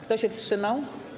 Kto się wstrzymał?